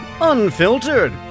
unfiltered